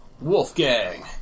Wolfgang